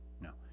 no